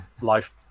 life